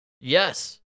Yes